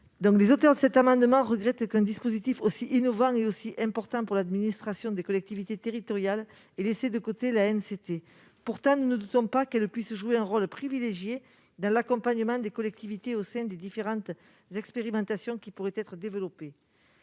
surprendra donc pas. Nous regrettons qu'un dispositif aussi innovant et aussi important pour l'administration des collectivités territoriales ait laissé de côté l'ANCT. Nous ne doutons pourtant pas que cette dernière puisse jouer un rôle privilégié dans l'accompagnement des collectivités, au titre des différentes expérimentations qui pourraient être développées.